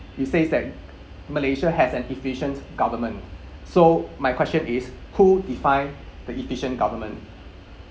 he says that malaysia has an efficient government so my question is who define the efficient government